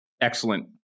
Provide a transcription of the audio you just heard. excellent